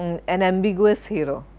and an ambiguous hero?